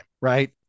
right